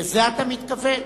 לזה אתה מתכוון?